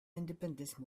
independence